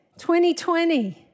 2020